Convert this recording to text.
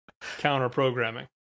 counter-programming